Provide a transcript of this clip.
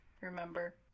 remember